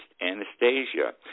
Anastasia